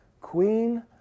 queen